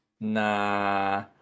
Nah